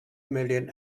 million